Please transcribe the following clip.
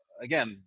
Again